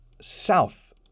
south